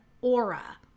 aura